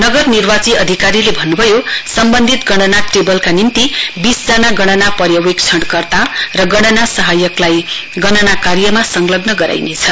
नगर निर्वाची अधिकारीले भन्नुभयो सम्बन्धित गणना टेबलका निम्ति बीस जना गणना पर्यवेक्षणकर्ता र गणना सहायकलाई गणना कार्यमा संलग्न गराउनेछ